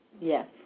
Yes